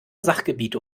sachgebiete